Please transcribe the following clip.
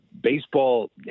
baseball